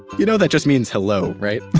you know, that just means hello, right?